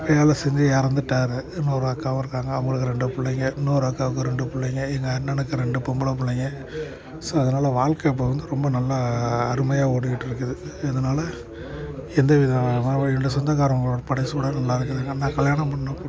வேலை செஞ்சு இறந்துட்டாரு இன்னொரு அக்காவும் இருக்காங்க அவங்களுக்கு ரெண்டு பிள்ளைங்க இன்னொரு அக்காவுக்கு ரெண்டு பிள்ளைங்க எங்கள் அண்ணணுக்கு ரெண்டு பொம்பளைப் பிள்ளைங்க ஸோ அதனால வாழ்க்க இப்போ வந்து ரொம்ப நல்லா அருமையாக ஓடிகிட்டு இருக்குது எதனால எந்தவித என்னோட சொந்தக்காரங்கள் படைசூழ நல்லா இருக்குதுங்க நான் கல்யாணம் பண்ண